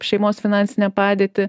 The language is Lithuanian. šeimos finansinę padėtį